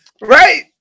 Right